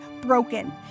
broken